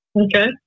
Okay